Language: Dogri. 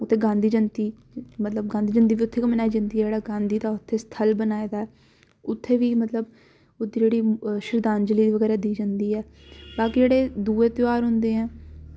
उत्थें गांधी जंयती मतलब की गांधी जयंती बी उत्थें मनाई जंदी ऐ गांधी दा जेह्ड़ा उत्थें स्थल बनाये दा उत्थें बी मतलब ओह् जेह्ड़ी शरधांजलि बगैरा दी जंदी ऐ जां जेह्ड़े दूऐ ध्यार होंदे ऐ